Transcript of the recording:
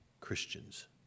Christians